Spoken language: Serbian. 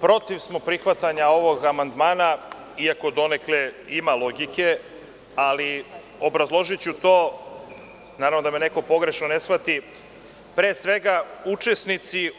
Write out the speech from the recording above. Protiv smo prihvatanja ovog amandmana iako donekle ima logike, ali obrazložiću to, naravno da me neko pogrešno ne shvati, pre svega, učesnici,